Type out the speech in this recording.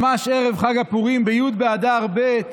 ממש ערב חג הפורים, בי' באדר ב'